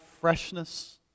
freshness